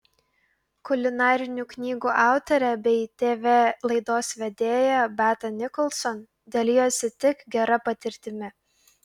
kulinarinių knygų autorė bei tv laidos vedėja beata nicholson dalijosi tik gera patirtimi